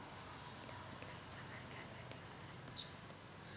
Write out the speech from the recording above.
मले ऑनलाईन सामान घ्यासाठी ऑनलाईन पैसे देता येईन का?